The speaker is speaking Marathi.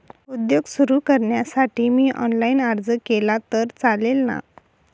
उद्योग सुरु करण्यासाठी मी ऑनलाईन अर्ज केला तर चालेल ना?